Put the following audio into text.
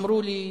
אמרו לי,